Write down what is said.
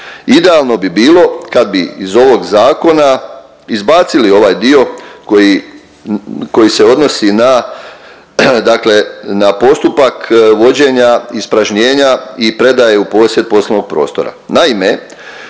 Idealno bi bilo kad bi iz ovog zakona izbacili ovaj dio koji se odnosi na, dakle na postupak vođenja ispražnjenja i predaje u posjed poslovnog prostora.